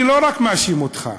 אני לא מאשים רק אותך,